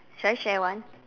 should I share one